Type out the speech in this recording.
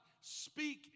speak